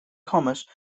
commerce